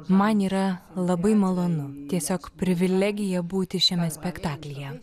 man yra labai malonu tiesiog privilegija būti šiame spektaklyje